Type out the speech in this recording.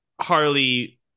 harley